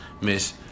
Miss